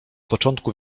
początku